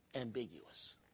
ambiguous